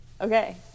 Okay